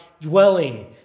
dwelling